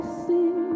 see